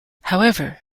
however